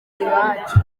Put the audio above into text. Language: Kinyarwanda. iwacu